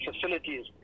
facilities